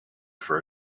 for